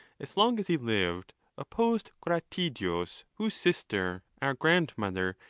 as long as he lived opposed gratidius, whose sister, our grandmother,